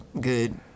good